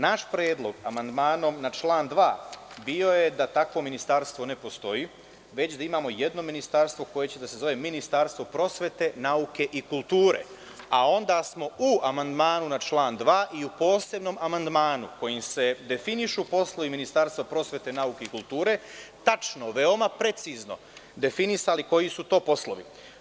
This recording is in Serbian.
Naš predlog amandmanom na član 2. je bio da takvo ministarstvo ne postoji, već da imamo jedno ministarstvo koje će se zvati ministarstvo prosvete, nauke i kulture, a onda smo u amandmanu na član 2. i u posebnom amandmanu, kojim se definišu poslovi ministarstva prosvete, nauke i kulture, tačno, veoma precizno definisali koji su to poslovi.